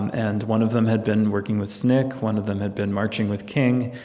and one of them had been working with sncc. one of them had been marching with king.